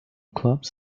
clubs